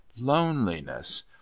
loneliness